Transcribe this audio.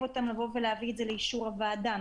אותם לבוא ולהביא את זה לאישור הוועדה,